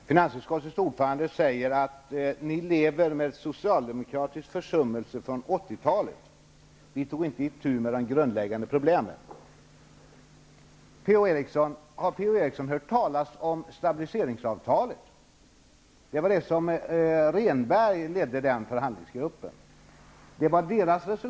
Herr talman! Finansutskottets ordförande säger att vi nu lever med den socialdemokratiska försummelsen från 80-talet, eftersom vi socialdemokrater inte tog itu med de grundläggande problemen. Har P-O Eriksson hört talas om stabiliseringsavtalet? Det var det avtal som förhandlingsgruppen under Rehnberg tog fram.